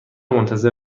منتظر